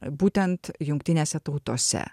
būtent jungtinėse tautose